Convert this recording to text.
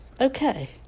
Okay